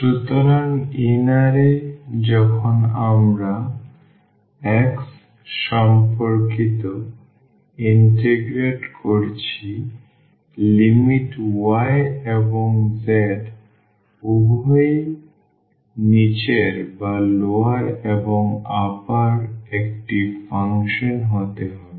সুতরাং অভ্যন্তরীণ এ যখন আমরা x সম্পর্কিত ইন্টিগ্রেট করছি লিমিট y এবং z উভয় নিচের এবং উপরের একটি ফাংশন হতে পারে